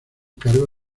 cargo